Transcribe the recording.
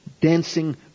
dancing